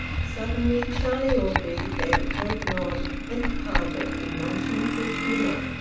suddenly charlie orgreave gave a curt nod, and departed, in nonchalant good-humour,